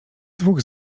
dwóch